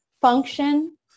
function